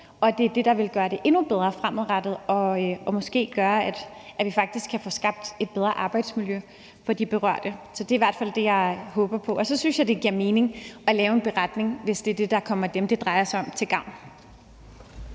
det er det, der vil gøre det endnu bedre fremadrettet og måske vil gøre, at vi faktisk kan få skabt et bedre arbejdsmiljø for de berørte. Det er i hvert fald det, jeg håber på. Og så synes jeg, at det giver mening at lave en beretning, hvis det kommer dem, som det drejer sig om, til gavn.